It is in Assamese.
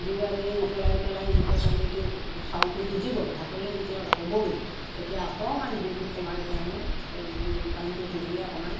জুইকোৰা দি উতলাই উতলাই যেতিয়া পানীটো চাউলটো সিজিব ভাতলৈ যেতিয়া হ'বগৈ তেতিয়া অকণমান জুইটো কমাই পেলাই নি পানীটো শুহিলে অকণমান